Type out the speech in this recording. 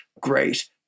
great